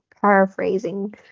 paraphrasing